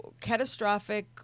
catastrophic